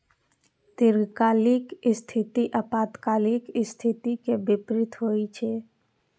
दीर्घकालिक स्थिति अल्पकालिक स्थिति के विपरीत होइ छै